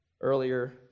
earlier